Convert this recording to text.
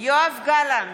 יואב גלנט,